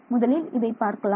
முதலில் இதை பார்க்கலாம்